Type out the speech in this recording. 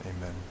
Amen